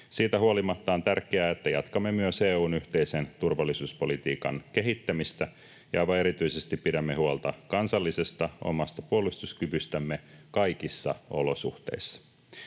Siitä huolimatta on tärkeää, että jatkamme myös EU:n yhteisen turvallisuuspolitiikan kehittämistä ja aivan erityisesti pidämme huolta kansallisesta omasta puolustuskyvystämme kaikissa olosuhteissa.